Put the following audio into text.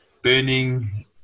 Burning